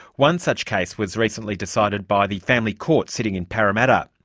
one such case was recently decided by the family court, sitting in parramatta.